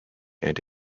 and